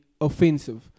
offensive